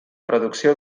producció